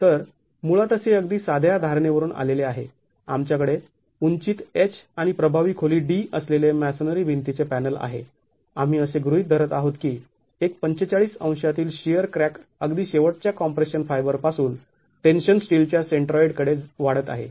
तर मुळातच हे अगदी साध्या धारणे वरून आलेले आहे आमच्याकडे उंचीत h आणि प्रभावी खोली d असलेले मॅसोनरी भिंतीचे पॅनल आहे आम्ही असे गृहीत धरत आहोत की एक ४५ अंशातील शिअर क्रॅक अगदी शेवटच्या कॉम्प्रेशन फायबर पासून टेन्शन स्टीलच्या सेंट्रॉईड कडे वाढत आहे